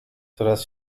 coraz